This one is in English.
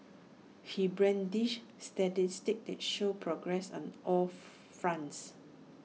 he brandished statistics that showed progress on all fronts